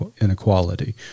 inequality